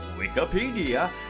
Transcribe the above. Wikipedia